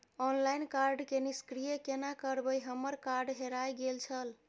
Online card के निष्क्रिय केना करबै हमर कार्ड हेराय गेल छल?